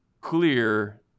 clear